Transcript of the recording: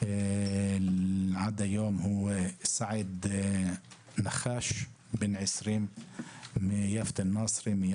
עד היום, סעיד נחש בן 20 מיפיע.